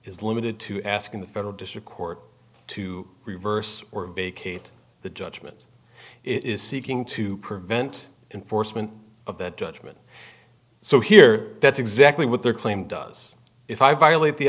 is limited to asking the federal district court to reverse kate the judgment is seeking to prevent enforcement of that judgment so here that's exactly what their claim does if i violate the